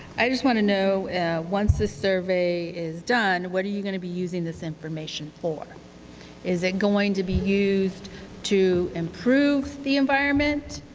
i just want to know once the survey is done what are you going to be using the information for? is it going to be used to improve the environment?